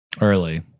early